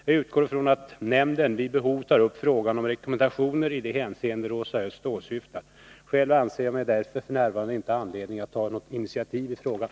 Jag utgår från att nämnden vid behov tar upp frågan om rekommendationer i det hänseende Rosa Östh åsyftar. Själv anser jag mig därför f. n. inte ha anledning att ta något initiativ i frågan.